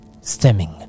stemming